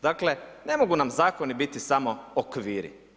Dakle, ne mogu nam zakoni biti samo okviri.